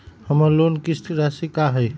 हमर लोन किस्त राशि का हई?